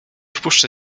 wpuszczę